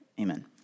Amen